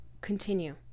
continue